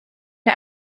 der